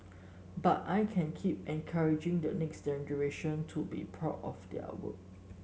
but I can keep encouraging the next generation to be proud of their work